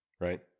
right